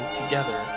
together